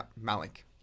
Malik